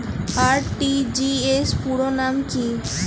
RTGS পুরো নাম কি?